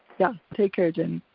yeah, take care, jenny.